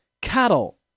cattle